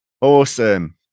awesome